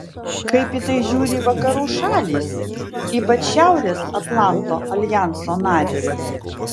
kaip į tai žiūri vakarų šalys ypač šiaurės atlanto aljanso narės